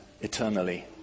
eternally